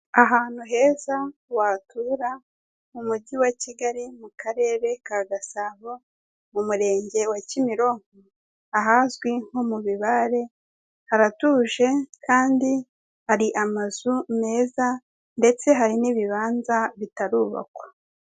Ahantu heza watura mu mugi wa Kigali mu karere ka Gasabo mu murenge wa Kimirongo ahazwi nko mu Bibare haratuje kandi hari amazu meza ndetse hari n'ibibanza bitarubakwa.